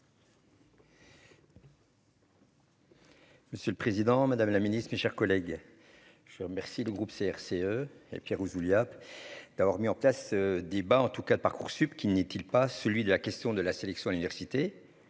Monsieur le Président, Madame la Ministre, mes chers collègues, je remercie le groupe CRCE et Pierre Ouzoulias d'avoir mis en place, débat en tout cas de Parcoursup qui n'est-il pas celui de la question de la sélection, l'université,